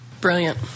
Brilliant